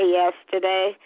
yesterday